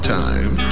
time